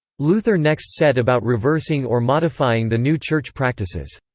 luther next set about reversing or modifying the new church practices.